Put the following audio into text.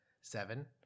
seven